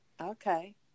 Okay